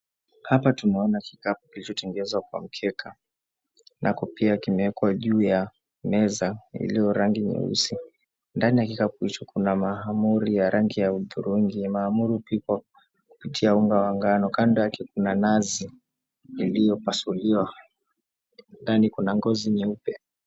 Hapa tunaona kikapu kilichotengezwa kwa mkeka nako pia kimewekwa juu ya meza iliyo rangi nyeusi, ndani ya kikapu hicho kuna mahamri ya rangi ya hudhurungi, mahamri hupikwa kupitia unga wa ngano kando yake kuna nazi iliyo pasuliwa ndani kuna ngozi nyeupe.